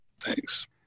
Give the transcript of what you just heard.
Thanks